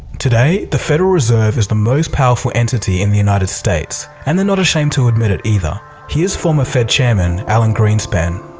today the federal reserve is the most powerful entity in the united states and they're not ashamed to admit it either. here is former fed chairman, alan greenspan.